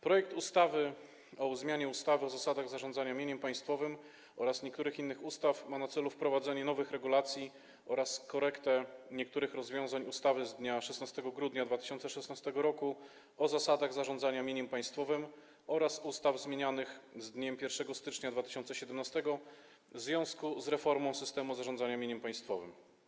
Projekt ustawy o zmianie ustawy o zasadach zarządzania mieniem państwowym oraz niektórych innych ustaw ma na celu wprowadzenie nowych regulacji oraz korektę niektórych rozwiązań ustawy z dnia 16 grudnia 2016 r. o zasadach zarządzania mieniem państwowym oraz ustaw zmienionych z dniem 1 stycznia 2017 r. w związku z reformą systemu zarządzania mieniem państwowym.